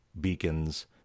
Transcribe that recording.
beacons